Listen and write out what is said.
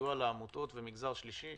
הסיוע לעמותות ומגזר שלישי